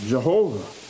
Jehovah